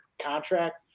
contract